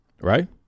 right